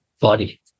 body